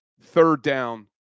third-down